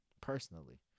personally